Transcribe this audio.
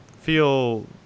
feel